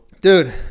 Dude